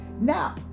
now